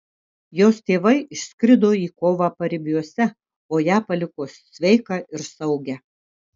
jos tėvai išskrido į kovą paribiuose o ją paliko sveiką ir saugią